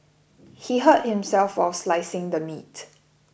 he hurt himself while slicing the meat